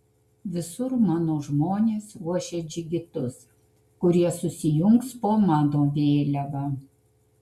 visur mano žmonės ruošia džigitus kurie susijungs po mano vėliava